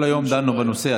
כל היום דנו בנושא.